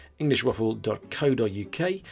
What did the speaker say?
englishwaffle.co.uk